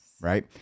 right